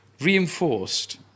reinforced